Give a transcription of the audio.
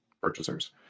purchasers